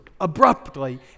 abruptly